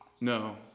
No